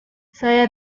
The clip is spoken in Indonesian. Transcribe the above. saya